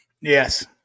Yes